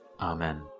Amen